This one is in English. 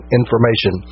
information